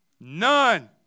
None